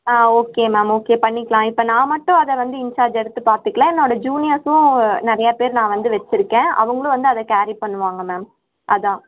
ஆ okay ma'am okay பண்ணிக்கலாம் இப்போ நான் மட்டும் அதை வந்து இன்சார்ஜ் எடுத்து பார்த்துக்கல என்னோட ஜூனியர்ஸும் நிறையா பேர் நான் வந்து வைச்சிருக்கேன் அவங்களும் வந்து அதை கேரி பண்ணுவாங்க மேம் அதான்